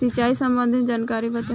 सिंचाई संबंधित जानकारी बताई?